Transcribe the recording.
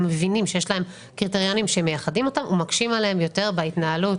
מבינים שיש להם קריטריונים שמייחדים אותם ומקשים עליהם יותר בהתנהלות,